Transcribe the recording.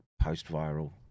post-viral